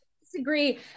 disagree